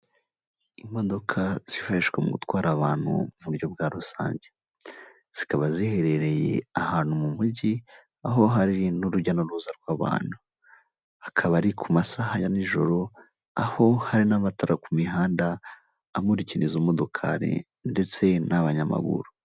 Imodoka zikoreshwa mu gutwara abantu mu buryo bwa rusange, zikaba ziherereye ahantu mu mujyi aho hari n'urujya n'uruza rw'abantu, akaba ari ku masaha ya n'ijoro aho hari n'amatara ku mihanda amurikiza imodokari ndetse n'abanyamaguru.